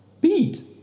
Beat